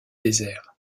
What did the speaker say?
désert